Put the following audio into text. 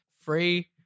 free